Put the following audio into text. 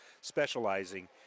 specializing